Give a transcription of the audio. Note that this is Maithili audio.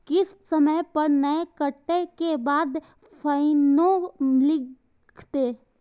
किस्त समय पर नय कटै के बाद फाइनो लिखते?